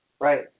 right